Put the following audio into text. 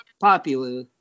popular